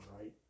right